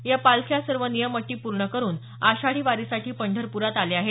या पालख्या सर्व नियम अटी पूर्ण करून आषाढी वारीसाठी पंढरप्रात आल्या आहेत